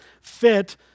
fit